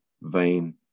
vain